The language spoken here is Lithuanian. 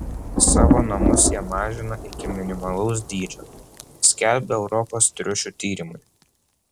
savo namus jie mažina iki minimalaus dydžio skelbia europos triušių tyrimai